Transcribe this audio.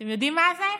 אתם יודעים מה זה?